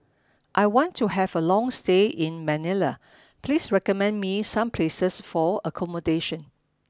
I want to have a long stay in Manila Please recommend me some places for accommodation